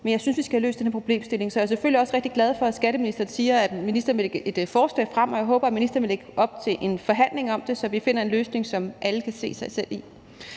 Men jeg synes, vi skal have løst den her problemstilling. Så jeg er selvfølgelig også rigtig glad for, at skatteministeren siger, at han vil lægge et forslag frem, og jeg håber, at ministeren vil lægge op til en forhandling om det, så vi finder en løsning, som alle kan se sig selv i.